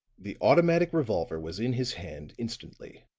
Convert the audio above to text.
the automatic revolver was in his hand instantly